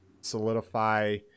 solidify –